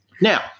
Now